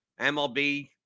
MLB